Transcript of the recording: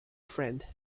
friend